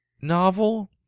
novel